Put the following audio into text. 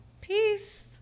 Peace